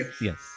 yes